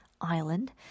island